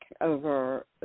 over